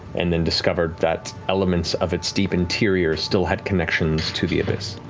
and then discovered that elements of its deep interior still had connections to the abyss.